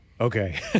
Okay